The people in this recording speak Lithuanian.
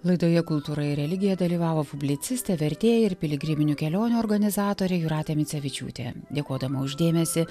laidoje kultūra ir religija dalyvavo publicistė vertėja ir piligriminių kelionių organizatorė jūratė micevičiūtė dėkodama už dėmesį